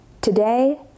today